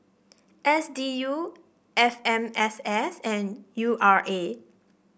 S D U F M S S and U R A